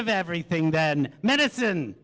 of everything then medicine